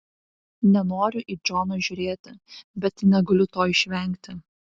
nenoriu į džoną žiūrėti bet negaliu to išvengti